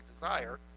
desire